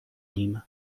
nim